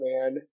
man